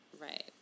Right